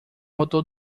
motor